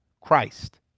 Christ